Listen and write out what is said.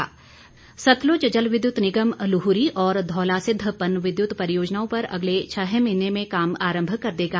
SJVN Satluj जल विद्युत निगम लूहरी और धौलासिद्ध पनविद्युत परियोजनाओं पर अगले छः महीने में काम आरंभ कर देगा